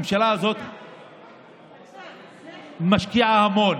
הממשלה הזאת משקיעה המון